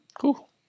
Cool